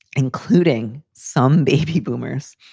including some baby boomers.